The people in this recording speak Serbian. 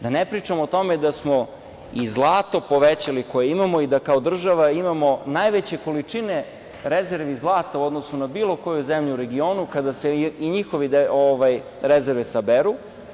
Da ne pričamo o tome da smo i zlato povećali koje imamo i da kao država imamo najveće količine rezervi zlata u odnosu na bilo koju zemlju u regionu, kada se i njihove rezerve saberu.